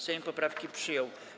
Sejm poprawki przyjął.